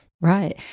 Right